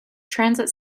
transit